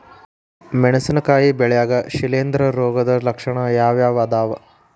ಮೆಣಸಿನಕಾಯಿ ಬೆಳ್ಯಾಗ್ ಶಿಲೇಂಧ್ರ ರೋಗದ ಲಕ್ಷಣ ಯಾವ್ಯಾವ್ ಅದಾವ್?